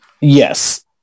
Yes